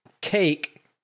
Cake